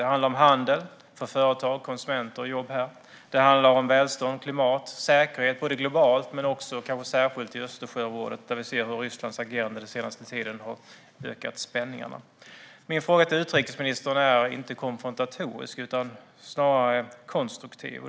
Det handlar om handel, företag, konsumenter och jobb. Det handlar om välstånd och klimat samt om säkerhet, både globalt och i Östersjöområdet där Rysslands agerande den senaste tiden har ökat spänningarna. Min fråga till utrikesministern är inte konfrontatorisk utan snarare konstruktiv.